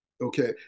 Okay